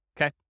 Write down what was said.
okay